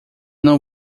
não